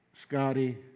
Scotty